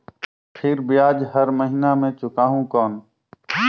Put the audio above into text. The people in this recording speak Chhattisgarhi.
फिर ब्याज हर महीना मे चुकाहू कौन?